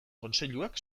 kontseiluak